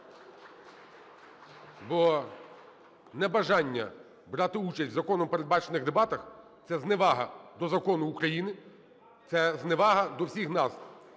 Бо небажання брати участь в законом передбачених дебатах – це зневага до закону України, це зневага до всіх нас.